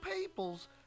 peoples